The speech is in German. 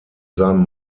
seinem